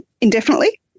indefinitely